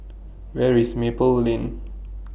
Where IS Maple Lane